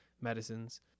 medicines